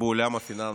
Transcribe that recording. בעולם הפיננסי,